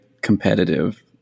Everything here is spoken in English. competitive